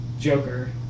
Joker